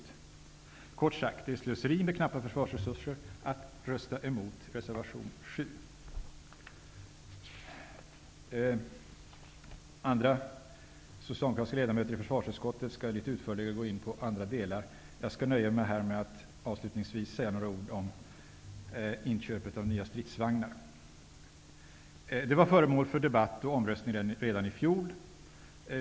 Det är, kort sagt, slöseri med knappa försvarsresurser att rösta emot reservation 7. Andra socialdemokratiska ledamöter i försvarsutskottet kommer senare att utförligare gå in på andra delar av detta betänkande. Jag skall avslutningsvis säga några ord om inköpet av nya stridsvagnar. Frågan om inköp av nya stridsvagnar var föremål för debatt och omröstning redan i fjol.